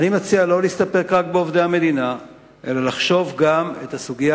אני מציע שלא להסתפק רק בעובדי המדינה אלא לחשוב גם על הסוגיה